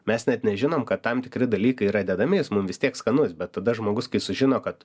mes net nežinom kad tam tikri dalykai yra dedami jis mum vis tiek skanus bet tada žmogus kai sužino kad